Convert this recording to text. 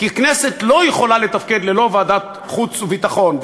כי הכנסת לא יכולה לתפקד ללא ועדת חוץ וביטחון.